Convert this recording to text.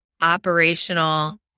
operational